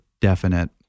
definite